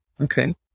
okay